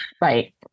Right